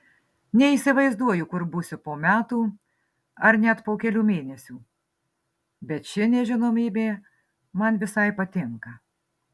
neįsivaizduoju kur būsiu po metų ar net po kelių mėnesių bet ši nežinomybė man visai patinka